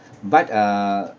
but uh